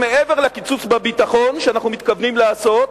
מעבר לקיצוץ בביטחון שאנחנו מתכוונים לעשות,